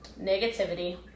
negativity